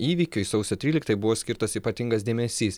įvykiui sausio tryliktajai buvo skirtas ypatingas dėmesys